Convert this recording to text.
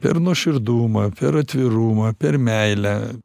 per nuoširdumą per atvirumą per meilę